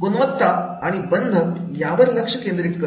गुणवत्ता आणि बंध यावर लक्ष केंद्रित करतो